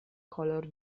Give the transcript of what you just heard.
color